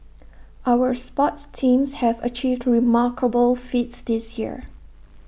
our sports teams have achieved remarkable feats this year